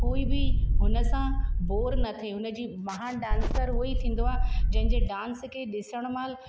कोई बि हुनसां बोर न थिए हुनजी महान डांसर उहो ई थींदो आहे जंहिंजे डां डांस खे ॾिसण महिल